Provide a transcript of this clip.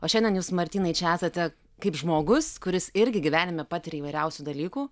o šiandien jūs martynai čia esate kaip žmogus kuris irgi gyvenime patiria įvairiausių dalykų